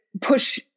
push